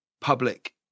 public